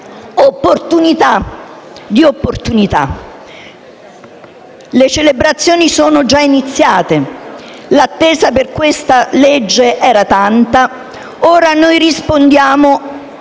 sorta di opportunità. Le celebrazioni sono già iniziate, l'attesa per questa legge era tanta ed ora noi rispondiamo